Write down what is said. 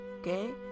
Okay